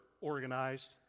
organized